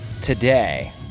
today